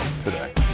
today